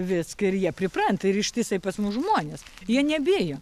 viską ir jie pripranta ir ištisai pas mus žmones jie nebijo